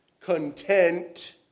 content